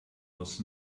was